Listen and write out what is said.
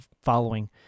following